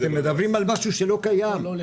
אתם מדברים על משהו שלא קיים,